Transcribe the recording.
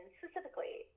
specifically